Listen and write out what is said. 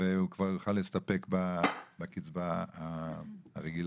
והוא כבר יוכל להסתפק בקצבה הרגילה.